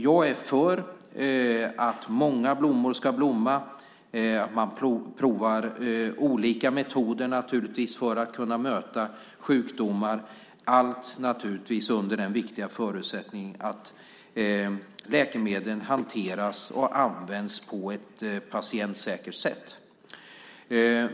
Jag är för att många blommor ska blomma och att man provar olika metoder, naturligtvis, för att kunna möta sjukdomar - allt under den viktiga förutsättningen att läkemedlen hanteras och används på ett patientsäkert sätt.